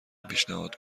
پیشنهاد